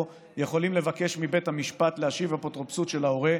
יכולים לבקש מבית המשפט להשיב אפוטרופסות של ההורה,